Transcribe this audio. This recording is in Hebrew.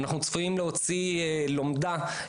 אנחנו צפויים להוציא לומדה,